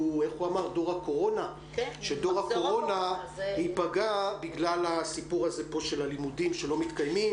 מדור הקורונה ייפגע בגלל הסיפור הזה של הלימודים שלא מתקיימים,